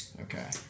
Okay